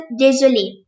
désolé